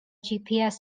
gps